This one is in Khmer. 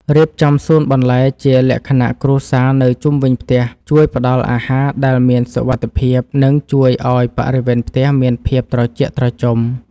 រៀបចំសួនបន្លែជាលក្ខណៈគ្រួសារនៅជុំវិញផ្ទះជួយផ្ដល់អាហារដែលមានសុវត្ថិភាព និង ជួយឱ្យបរិវេណផ្ទះមានភាពត្រជាក់ត្រជុំ។